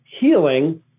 healing